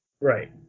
Right